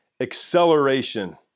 Acceleration